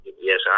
Yes